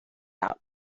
out